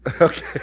Okay